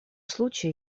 случае